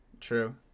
True